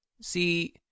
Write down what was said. see